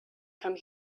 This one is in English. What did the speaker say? come